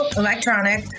electronic